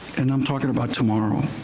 and i'm talking about tomorrow.